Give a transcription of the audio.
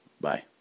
Bye